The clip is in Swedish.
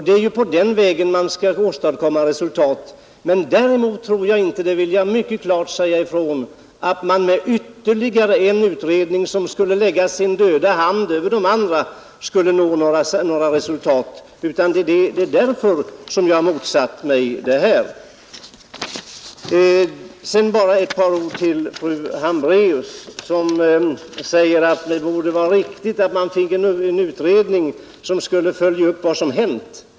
Det är på den vägen man skall åstadkomma resultat. Däremot tror jag inte — det vill jag mycket klart säga ifrån — att man med ytterligare en utredning, som skulle lägga sin ”döda hand” över de andra, skulle nå några resultat. Det är därför jag har motsatt mig det här förslaget. Sedan bara ett par ord till fru Hambraeus som säger att det vore riktigt att man fick en utredning som skulle följa upp vad som hänt.